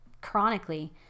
chronically